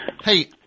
Hey